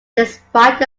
despite